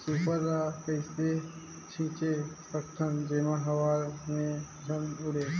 Super ल कइसे छीचे सकथन जेमा हवा मे झन उड़े?